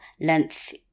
length